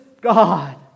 God